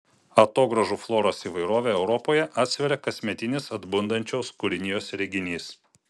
atogrąžų floros įvairovę europoje atsveria kasmetinis atbundančios kūrinijos reginys